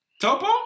Topo